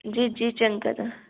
जी जी चंगा तां